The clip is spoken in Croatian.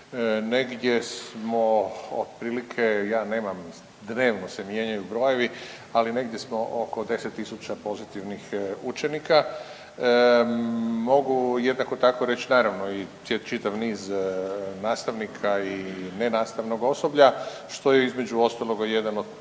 Negdje smo otprilike ja nemam, dnevno se mijenjaju brojevi ali negdje smo oko deset tisuća pozitivnih učenika. Mogu jednako tako reći naravno i čitav niz nastavnika i nenastavnog osoblja što je između ostaloga i jedan od